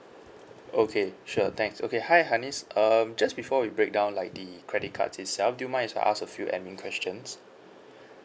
okay sure thanks okay hi hanis um just before we break down like the credit cards itself do you mind if I ask a few administration questions